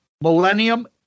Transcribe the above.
Millennium